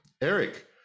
Eric